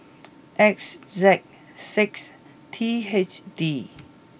X Z six T H D